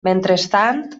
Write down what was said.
mentrestant